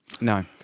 No